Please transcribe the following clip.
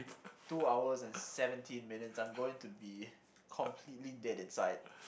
two hours and seventeen minutes I'm going to be completely dead inside